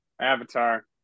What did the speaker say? Avatar